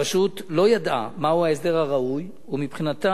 הרשות לא ידעה מה הוא ההסדר הראוי מבחינתה